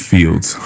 Fields